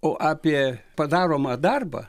o apie padaromą darbą